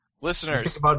listeners